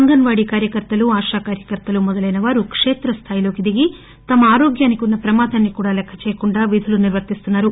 అంగన్నాడీ కార్యకర్తలు ఆశా కార్యకర్తలు మొదలైనవారు క్షేత్ర స్థాయిలో దిగి తమ ఆరోగ్యానికి ఉన్స ప్రమాదాన్సి కూడా లెక్కచేయకుండా తమ విధులను నిర్వర్తిస్తున్నారు